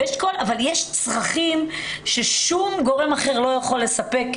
אבל יש צרכים ששום גורם אחר לא יכול לספק,